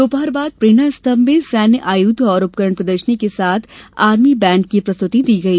दोपहर बाद प्रेरणा स्तंभ में सैन्य आयुध और उपकरण प्रदर्शनी के साथ आर्मी बैण्ड की प्रस्तुति दी गई